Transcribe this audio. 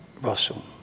Russell